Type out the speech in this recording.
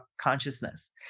consciousness